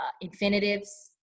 infinitives